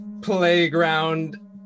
playground